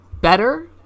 better